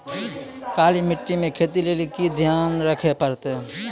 काली मिट्टी मे खेती लेली की ध्यान रखे परतै?